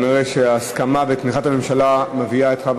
נראה שההסכמה בתמיכת הממשלה מביאה את חבר